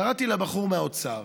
קראתי לבחור מהאוצר